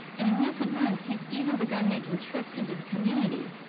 and in recent months, he's even begun making trips in to the community,